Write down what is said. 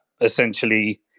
essentially